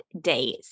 days